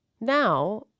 Now